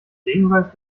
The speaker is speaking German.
regenwald